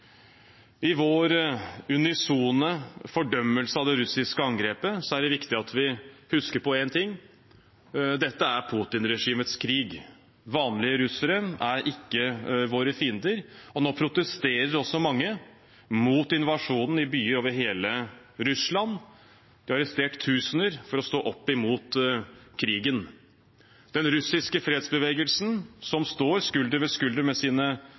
I vår unisone fordømmelse av det russiske angrepet er det viktig at vi husker på én ting: Dette er Putin-regimets krig. Vanlige russere er ikke våre fiender, og nå protesterer også mange i byer over hele Russland mot invasjonen. Det er arrestert tusener for å stå opp mot krigen. Den russiske fredsbevegelsen, som står skulder ved skulder med sine